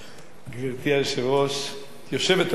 גברתי היושבת-ראש,